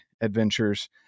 Adventures